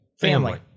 Family